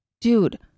dude